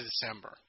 December